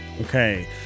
Okay